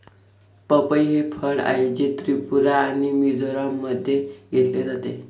पपई हे फळ आहे, जे त्रिपुरा आणि मिझोराममध्ये घेतले जाते